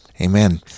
Amen